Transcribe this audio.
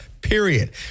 Period